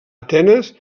atenes